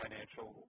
Financial